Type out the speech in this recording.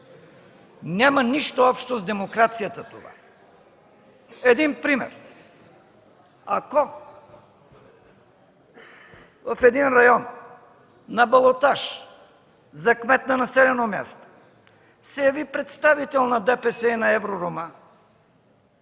няма нищо общо с демокрацията. Един пример. Ако в един район на балотаж за кмет на населено място се яви представител на ДПС и на „Евророма”,